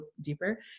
deeper